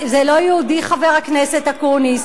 חבר הכנסת אקוניס.